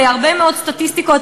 בהרבה מאוד סטטיסטיקות,